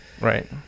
right